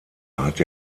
hat